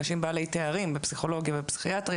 אנשים בעלי תארים בפסיכולוגיה ובפסיכיאטריה,